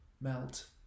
melt